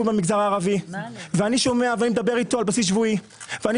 במגזר הערבי ואני מדבר איתו על בסיס שבועי ואני